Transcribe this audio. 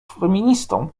feministą